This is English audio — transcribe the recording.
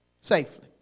safely